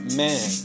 man